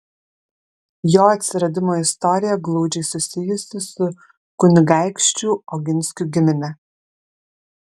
jo atsiradimo istorija glaudžiai susijusi su kunigaikščių oginskių gimine